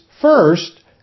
first